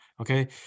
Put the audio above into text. okay